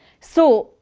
so,